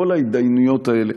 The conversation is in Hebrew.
כל ההתדיינויות האלה,